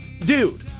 dude